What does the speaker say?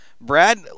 Brad